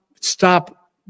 stop